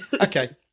Okay